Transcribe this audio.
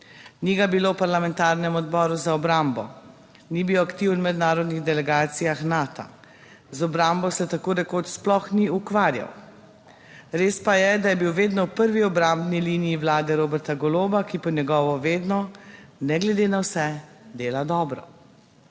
Ni ga bilo v parlamentarnem odboru za obrambo, ni bil aktiven v mednarodnih delegacijah Nata, z obrambo se tako rekoč sploh ni ukvarjal. Res pa je, da je bil vedno v prvi obrambni liniji vlade Roberta Goloba, ki po njegovo vedno, ne glede na vse, dela dobro.